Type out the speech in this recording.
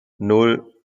nan